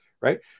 right